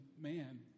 man